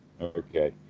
okay